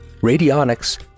radionics